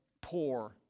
poor